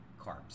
carbs